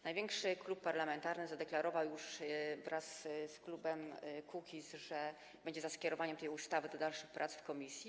Największy klub parlamentarny zadeklarował już, wraz z klubem Kukiz, że będzie za skierowaniem tej ustawy do dalszych prac w komisji.